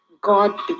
God